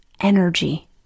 energy